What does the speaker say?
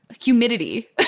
Humidity